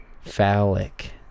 Phallic